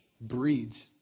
breeds